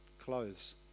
clothes